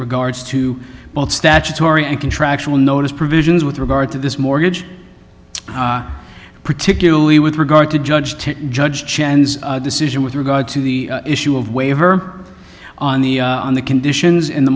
regards to both statutory and contractual notice provisions with regard to this mortgage particularly with regard to judge to judge chen's decision with regard to the issue of waiver on the on the conditions in the